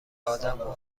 ادم